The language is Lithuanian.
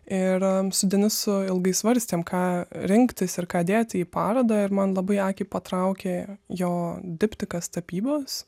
ir am su denisu ilgai svarstėm ką rinktis ir ką dėti į parodą ir man labai akį patraukė jo diptikas tapybos